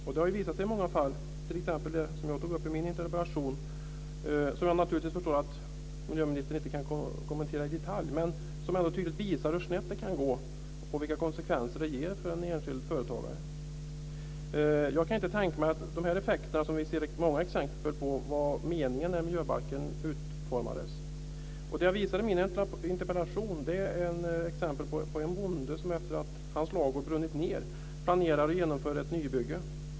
Det har visat sig i många fall - t.ex. det fall jag har tagit upp i min interpellation, som jag naturligtvis förstår att miljöministern inte kan kommentera i detalj - hur snett det kan gå och vilka konsekvenser det kan ge för enskilda företagare. Jag kan inte tänka mig att de effekter vi ser många exempel på var meningen då miljöbalken utformades. I min interpellation visade jag ett exempel på en bonde som efter det att hans ladugård hade brunnit ned planerade att genomföra ett nybygge.